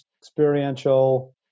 experiential